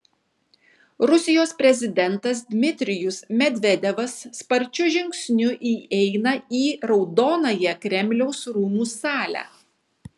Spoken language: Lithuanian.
rusijos prezidentas dmitrijus medvedevas sparčiu žingsniu įeina į raudonąją kremliaus rūmų salę